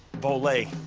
vo-lay!